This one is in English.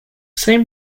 same